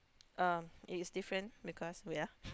um it's different because we are